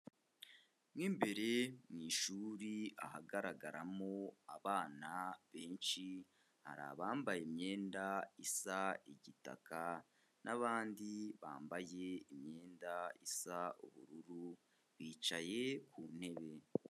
Mo imbere mu ishuri ahagaragaramo abana benshi, hari abambaye imyenda isa igitaka n'abandi bambaye imyenda isa ubururu bicaye ku ntebe.